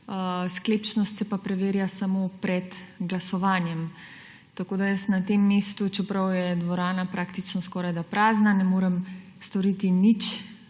sklepčnost se pa preverja samo pred glasovanjem. Jaz na tem mestu, čeprav je dvorana praktično skorajda prazna, ne morem storiti nič,